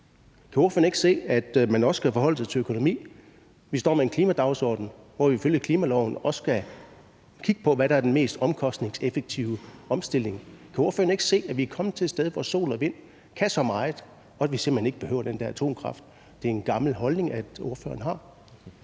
Kan ordføreren ikke se, at man også skal forholde sig til økonomi? Vi står med en klimadagsorden, hvor vi ifølge klimaloven også skal kigge på, hvad der er den mest omkostningseffektive omstilling. Kan ordføreren ikke se, at vi er kommet til et sted, hvor sol og vind kan så meget, og at vi simpelt hen ikke behøver den der atomkraft? Det er en gammel holdning, ordføreren har.